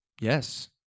Yes